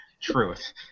Truth